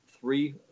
three